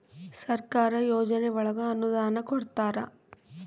ಸರ್ಕಾರ ಯೋಜನೆ ಒಳಗ ಅನುದಾನ ಕೊಡ್ತಾರ